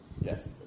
Yes